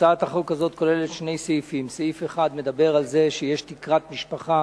הצעת החוק הזאת כוללת שני סעיפים: סעיף אחד מדבר על תקרת משפחה